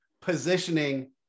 positioning